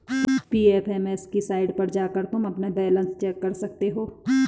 PFMS की site पर जाकर तुम अपना बैलन्स चेक कर सकते हो